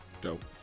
Dope